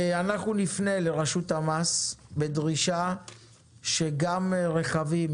אנחנו נפנה לרשות המס בדרישה שגם רכבים,